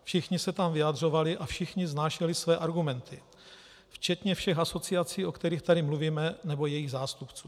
Všichni se tam vyjadřovali a všichni vznášeli své argumenty, včetně všech asociací, o kterých tady mluvíme, nebo jejich zástupců.